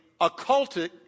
occultic